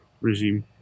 regime